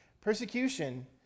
Persecution